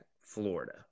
Florida